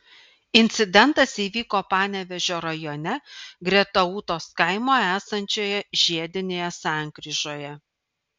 incidentas įvyko panevėžio rajone greta ūtos kaimo esančioje žiedinėje sankryžoje